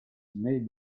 may